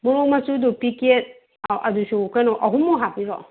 ꯃꯣꯔꯣꯛ ꯃꯆꯨꯗꯣ ꯄꯤꯀꯦꯠ ꯑꯥꯎ ꯑꯗꯨꯁꯨ ꯀꯩꯅꯣ ꯑꯍꯨꯝꯃꯨꯛ ꯍꯥꯄꯤꯔꯛꯑꯣ